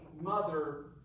mother